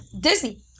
Disney